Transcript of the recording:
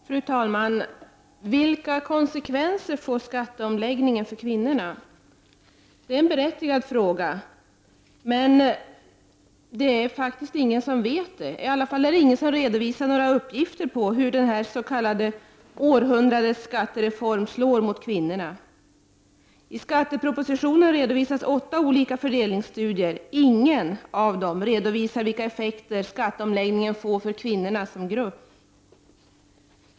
Fru talman! Vilka konsekvenser får skatteomläggningen för kvinnorna? Det är en berättigad fråga. Men det är faktiskt ingen som vet det. I alla fall är det ingen som har redovisat några uppgifter om hur denna s.k. århundradets skattereform slår mot kvinnorna. I skattepropositionen redovisas åtta olika fördelningsstudier. Ingen av dem redovisar vilka effekter skatteomläggningen får för kvinnorna som grupp.